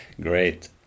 Great